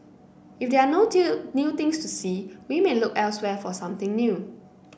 if there are no new things to see we may look elsewhere for something new